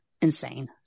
insane